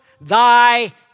thy